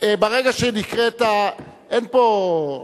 ברגע שנקראת, אין פה,